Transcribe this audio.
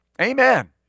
Amen